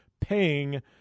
paying